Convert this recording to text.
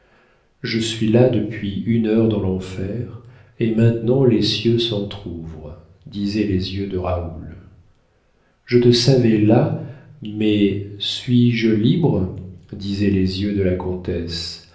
je suis là depuis une heure dans l'enfer et maintenant les cieux s'entr'ouvrent disaient les yeux de raoul je te savais là mais suis-je libre disaient les yeux de la comtesse